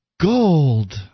Gold